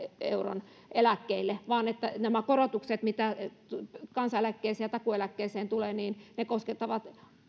euron eläkkeille ja että nämä korotukset mitä kansaneläkkeeseen ja takuueläkkeeseen tulee koskettavat